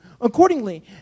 accordingly